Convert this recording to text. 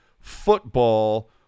football